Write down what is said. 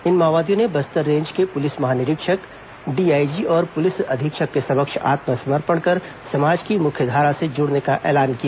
इन माओवादियों ने बस्तर रेंज के पुलिस महानिरीक्षक डीआईजी और पुलिस अधीक्षक के समक्ष आत्मसमर्पण कर समाज की मुख्यधारा से जुड़ने का ऐलान किया